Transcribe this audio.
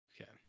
Okay